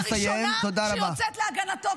אני הראשונה שיוצאת להגנתו,